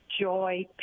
joy